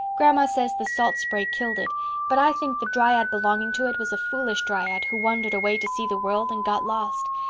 grandma says the salt spray killed it but i think the dryad belonging to it was a foolish dryad who wandered away to see the world and got lost.